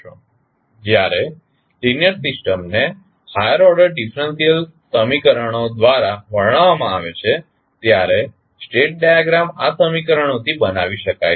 તેથી જ્યારે લીનીઅર સિસ્ટમને હાઇર ઓર્ડર ડીફરન્સીયલ સમીકરણો દ્વારા વર્ણવવામાં આવે છે ત્યારે સ્ટેટ ડાયાગ્રામ આ સમીકરણોથી બનાવી શકાય છે